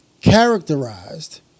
characterized